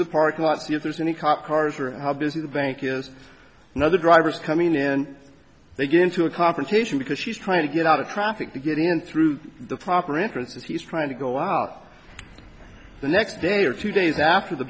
the parking lot if there's any cop cars or how busy the bank is another driver is coming in they get into a confrontation because she's trying to get out of traffic to get in through the proper entrance if he's trying to go out the next day or two days after the